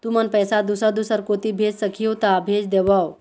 तुमन पैसा दूसर दूसर कोती भेज सखीहो ता भेज देवव?